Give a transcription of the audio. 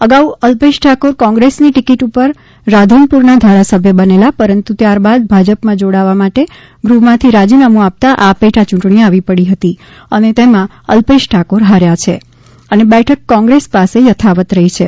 અગાઉ અલ્પેશ ઠાકોર કોગ્રેસની ટિકીટ ઊપર રાધનપુરના ધારાસભ્ય બનેલા પરંતુ ત્યારબાદ ભાજપમાં જોડાવા માટે ગૃહમાંથી રાજીનામુ આપતા આ પેટાચૂંટણી આવી પડી અને તેમાં અલ્પેશ ઠાકોર હાર્યા છે અને બેઠક કોગ્રેસ પાસે યથાવત રહી છે